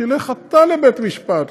תלך אתה לבית משפט,